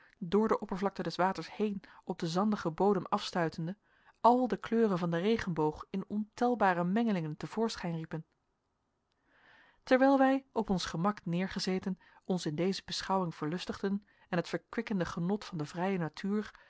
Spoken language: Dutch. door de oppervlakte des waters heen op den zandigen bodem afstuitende al de kleuren van den regenboog in ontelbare mengelingen te voorschijn riepen terwijl wij op ons gemak neêrgezeten ons in deze beschouwing verlustigden en het verkwikkende genot van de vrije natuur